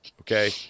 Okay